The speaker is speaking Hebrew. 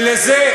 ולזה,